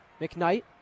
McKnight